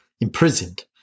imprisoned